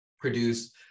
produce